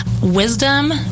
wisdom